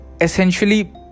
essentially